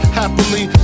happily